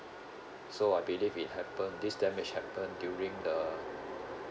so I believe it happened this damage happened during the